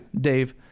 Dave